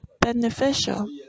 beneficial